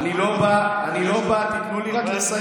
אני לא בא, אני לא בא, תנו רק לסיים.